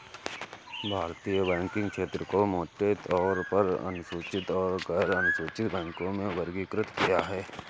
भारतीय बैंकिंग क्षेत्र को मोटे तौर पर अनुसूचित और गैरअनुसूचित बैंकों में वर्गीकृत किया है